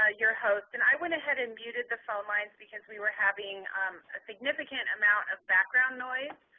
ah your host. and i went ahead and muted the phone lines because we were having a significant amount of background noise.